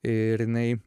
ir jinai